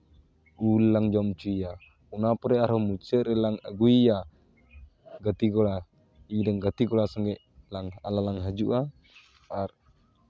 ᱩᱞ ᱞᱟᱝ ᱡᱚᱢ ᱦᱚᱪᱚᱭ ᱭᱟ ᱚᱱᱟ ᱯᱚᱨᱮ ᱟᱨᱦᱚᱸ ᱢᱩᱪᱟᱹᱫ ᱨᱮᱞᱟᱝ ᱟᱹᱜᱩᱭᱮᱭᱟ ᱜᱟᱛᱮ ᱠᱚᱲᱟ ᱤᱧ ᱨᱮᱱ ᱜᱟᱛᱮ ᱠᱚᱲᱟ ᱥᱚᱸᱜᱮᱜ ᱞᱟᱝ ᱟᱞᱟᱝ ᱞᱟᱝ ᱦᱤᱡᱩᱜᱼᱟ ᱟᱨ